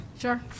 Sure